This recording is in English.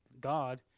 God